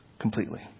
Completely